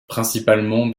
principalement